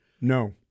No